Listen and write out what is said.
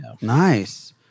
Nice